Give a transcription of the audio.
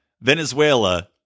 Venezuela